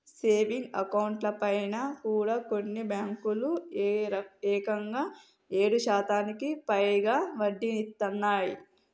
savings అకౌంట్లపైన కూడా కొన్ని బ్యేంకులు ఏకంగా ఏడు శాతానికి పైగా వడ్డీనిత్తన్నయ్